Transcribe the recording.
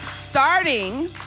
starting